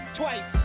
twice